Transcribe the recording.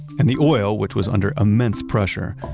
and the oil which was under immense pressure,